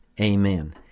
Amen